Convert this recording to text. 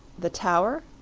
the tower?